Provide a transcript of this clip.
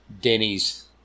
Denny's